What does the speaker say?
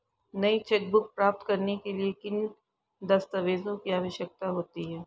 नई चेकबुक प्राप्त करने के लिए किन दस्तावेज़ों की आवश्यकता होती है?